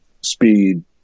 speed